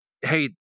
hey